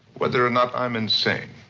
whether or not i'm insane.